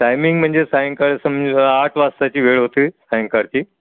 timing म्हणजे सायंकाळ समजा आठ वाजताची वेळ होती सायंकाळची